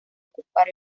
ocupar